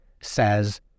says